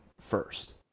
first